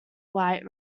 white